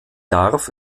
darf